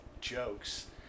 jokes